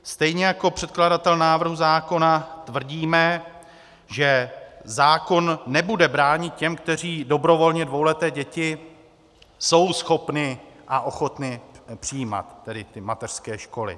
Stejně jako předkladatel návrhu zákona tvrdíme, že zákon nebude bránit těm, kteří dobrovolně dvouleté děti jsou schopni a ochotni přijímat tedy ty mateřské školy.